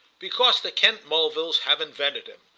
because the kent mulvilles have invented him.